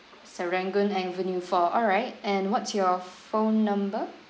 serangoon avenue four alright and what's your phone number